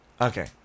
Okay